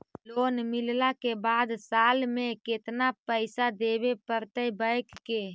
Loan मिलला के बाद साल में केतना पैसा देबे पड़तै बैक के?